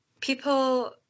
people